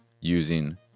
using